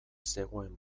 zegoen